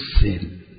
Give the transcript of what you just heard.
sin